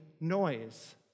noise